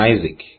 Isaac